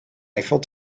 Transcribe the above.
eiffel